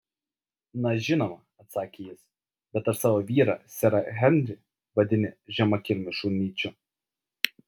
na žinoma atsakė jis bet ar savo vyrą serą henrį vadini žemakilmiu šunyčiu